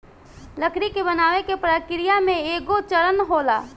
लकड़ी के बनावे के प्रक्रिया में एगो चरण होला